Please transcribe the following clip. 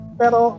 pero